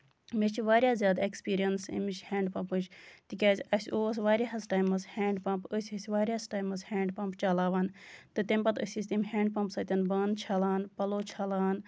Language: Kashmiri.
مےٚ چھِ واریاہ زیادٕ اٮ۪کٕسپِرینَس اَمِچ ہٮینڈپِمپٕچ تِکیازِ اَسہِ اوس واریاہَس ٹایم ہینڈ پَمپ ٲسۍ أسۍ واریاہَس ٹایمَس ہینڈ پَمپ چَلاوان تہٕ تَمہِ پَتہٕ ٲسۍ أسۍ تَمہِ ہینڈ پَمپ سۭتۍ بانہٕ چھَلان پَلو چھَلان